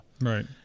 right